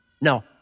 No